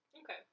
Okay